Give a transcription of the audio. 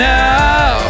now